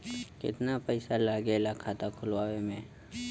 कितना पैसा लागेला खाता खोलवावे में?